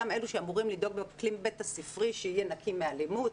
אותם אלו שאמורים לדאוג לאקלים בית ספרי שיהיה נקי מאלימות.